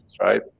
right